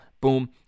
Boom